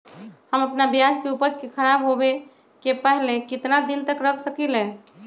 हम अपना प्याज के ऊपज के खराब होबे पहले कितना दिन तक रख सकीं ले?